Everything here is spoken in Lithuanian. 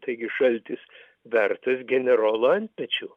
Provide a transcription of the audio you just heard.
taigi šaltis vertas generolo antpečių